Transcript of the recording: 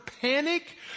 panic